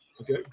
Okay